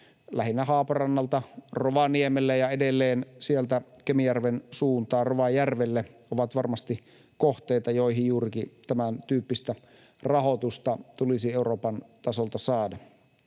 lähinnä Haaparannalta, Rovaniemelle ja edelleen sieltä Kemijärven suuntaan Rovajärvelle ovat varmasti kohteita, joihin juurikin tämäntyyppistä rahoitusta tulisi Euroopan tasolta saada.